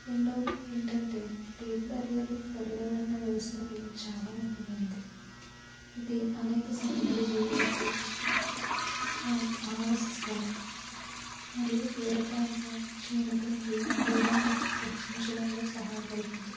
రెండోవదిగా ఏంటంటే Great Barrier Reef పర్యావరణ వ్యవస్థకు చాల ముఖ్యమైంది ఇది అనేక సముద్రజీవులకు అ ఆవాస స్థలం మరియు తీరప్రాంత క్షీణత నుండి తీరాన్ని రక్షించడంలో సహాయపడుతుంది